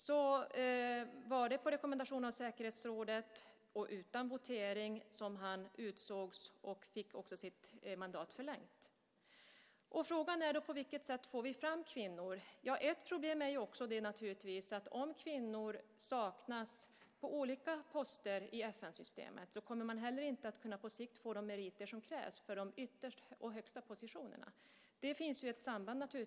Det var på rekommendation av säkerhetsrådet och utan votering som han utsågs och fick sitt mandat förlängt. På vilket sätt får vi fram kvinnor? Ett problem är, naturligtvis, att om kvinnor saknas på olika poster i FN-systemet kommer de heller inte att på sikt få de meriter som krävs för de högsta positionerna. Det finns naturligtvis ett samband.